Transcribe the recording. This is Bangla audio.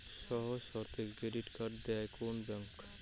সহজ শর্তে ক্রেডিট কার্ড দেয় কোন ব্যাংক?